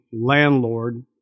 landlord